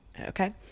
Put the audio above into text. okay